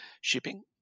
shipping